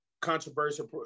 controversial